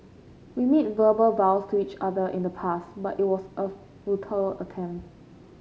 we made verbal vows to each other in the past but it was a futile attempt